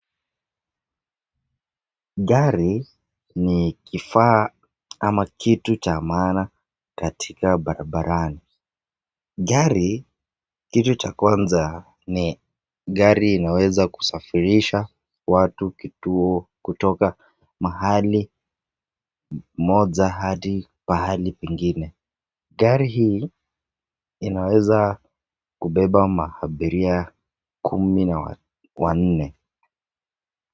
Gari ni kifaa ama kitu cha maana katika barabarani. Gari, kitu cha kwanza ni gari inaweza kusafirisha watu kituo, kutoka mahali moja hadi pahali pengine. Gari hii inaweza kubeba mahabiria kumi na wanne.